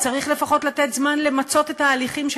צריך לפחות לתת זמן למצות את ההליכים של